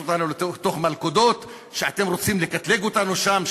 אותנו לתוך מלכודות שאתם רוצים לקטלג אותנו שם,